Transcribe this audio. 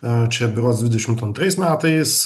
čia berods dvidešim antrais metais